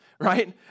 right